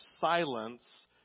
silence